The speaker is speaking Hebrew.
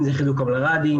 אם זה חיזוק המלר"דים,